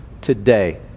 today